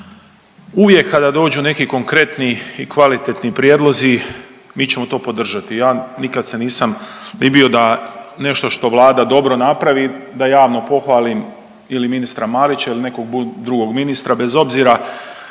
Uvijek kada dođu neki konkretni i kvalitetni prijedlozi, mi ćemo to podržati. Ja, nikad se nisam ni bio da nešto što Vlada dobro napravi, da javno pohvalim ili ministra Marića ili nekog drugog ministra, bez obzira